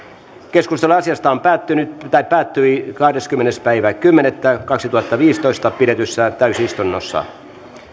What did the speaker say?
keskustelu asiasta päättyi kahdeskymmenes kymmenettä kaksituhattaviisitoista pidetyssä täysistunnossa